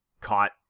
caught